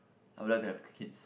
I would like to have kids